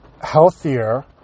healthier